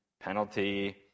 penalty